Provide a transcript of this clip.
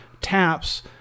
taps